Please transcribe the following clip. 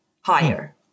higher